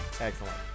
Excellent